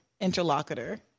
interlocutor